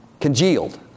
congealed